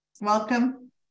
welcome